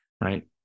right